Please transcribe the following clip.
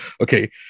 okay